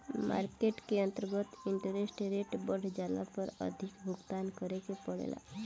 market के अंतर्गत interest rate बढ़ जाला पर अधिक भुगतान करे के पड़ेला